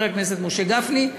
חבר הכנסת משה גפני,